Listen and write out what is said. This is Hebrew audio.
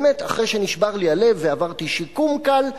באמת אחרי שנשבר לי הלב ועברתי שיקום קל,